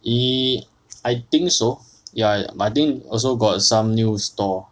yea~ I think so ya but I think also got some new store